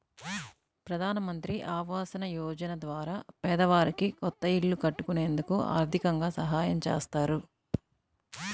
ప్రధానమంత్రి ఆవాస యోజన ద్వారా పేదవారికి కొత్త ఇల్లు కట్టుకునేందుకు ఆర్దికంగా సాయం చేత్తారు